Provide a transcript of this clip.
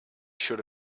should